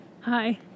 Hi